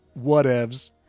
Whatevs